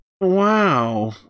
Wow